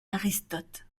aristote